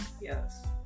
Yes